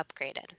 upgraded